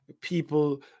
people